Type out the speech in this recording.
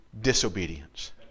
disobedience